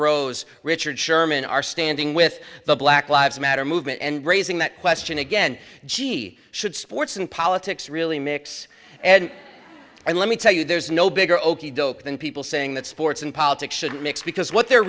rose richard sherman are standing with the black lives matter movement and raising that question again gee should sports and politics really mix and i let me tell you there's no bigger okey doke than people saying that sports and politics shouldn't mix because what they're